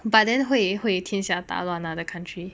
but then 会会天下大乱 lah the country